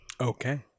Okay